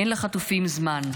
אין לחטופים זמן.